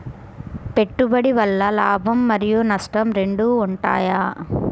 పెట్టుబడి వల్ల లాభం మరియు నష్టం రెండు ఉంటాయా?